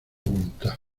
voluntad